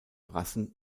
rassen